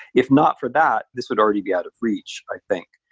if not for that, this would already be out of reach, i think.